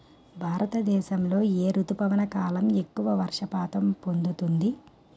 భారతదేశంలో ఏ రుతుపవన కాలం ఎక్కువ వర్షపాతం పొందుతుంది?